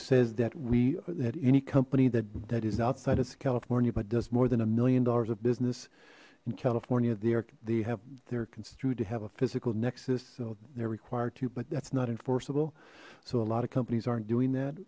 says that we that any company that that is outside of california but does more than a million dollars of business in california the eric they have their construed to have a physical nexus so they're required to but that's not enforceable so a lot of companies aren't doing that